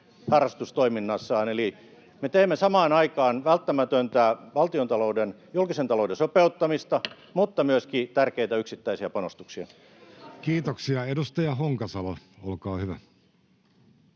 harrastustoiminnassaan. Eli me teemme samaan aikaan välttämätöntä valtiontalouden ja julkisen talouden sopeuttamista mutta myöskin tärkeitä yksittäisiä panostuksia. [Sofia Virta: Ei mitään